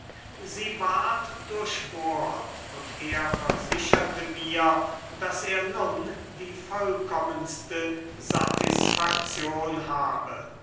sie ward durchbohrt und er versicherte mir daß er nun die vollkommenste satisfaktion habe